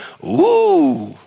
Woo